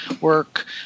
work